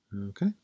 Okay